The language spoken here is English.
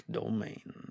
domain